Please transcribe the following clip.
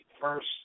first –